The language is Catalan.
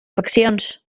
faccions